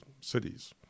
cities